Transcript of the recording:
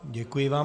Děkuji vám.